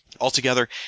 Altogether